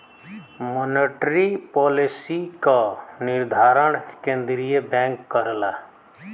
monetary policy क निर्धारण केंद्रीय बैंक करला